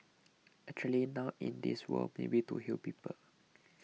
actually now in this world maybe to heal people